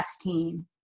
team